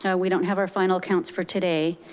yeah we don't have our final counts for today,